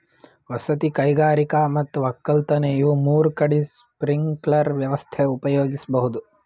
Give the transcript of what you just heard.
ವಸತಿ ಕೈಗಾರಿಕಾ ಮತ್ ವಕ್ಕಲತನ್ ಇವ್ ಮೂರ್ ಕಡಿ ಸ್ಪ್ರಿಂಕ್ಲರ್ ವ್ಯವಸ್ಥೆ ಉಪಯೋಗಿಸ್ಬಹುದ್